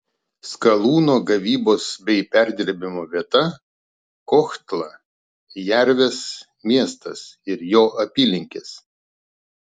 skalūno gavybos bei perdirbimo vieta kohtla jervės miestas ir jo apylinkės